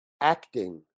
acting